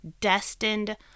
destined